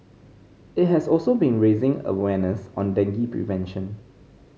it has also been raising awareness on dengue prevention